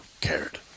cared